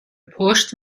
پشت